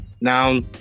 Now